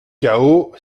chaos